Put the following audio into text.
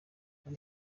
kuri